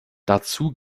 dazu